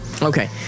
Okay